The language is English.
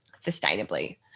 sustainably